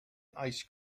ice